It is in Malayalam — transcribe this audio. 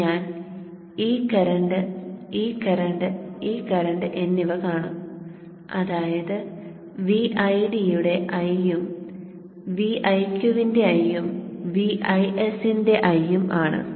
ഞാൻ ഈ കറന്റ് ഈ കറന്റ് ഈ കറന്റ് എന്നിവ കാണും അതായത് Vid യുടെ I ഉം Viq ന്റെ I ഉം Vis ന്റെ I ഉം ആണ്